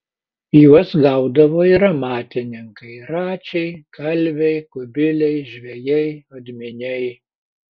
juos gaudavo ir amatininkai račiai kalviai kubiliai žvejai odminiai